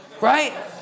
right